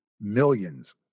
millions